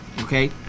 Okay